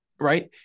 right